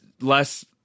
less